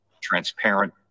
transparent